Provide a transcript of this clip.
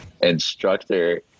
instructor